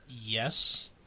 Yes